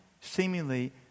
seemingly